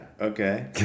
Okay